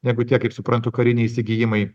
negu tie kaip suprantu kariniai įsigijimai